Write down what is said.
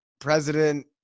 president